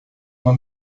uma